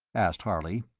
asked harley.